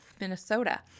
Minnesota